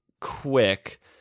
quick